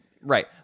right